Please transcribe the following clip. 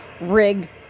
rig